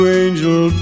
angel